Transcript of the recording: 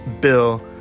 Bill